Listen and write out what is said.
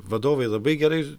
vadovai labai gerai